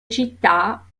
città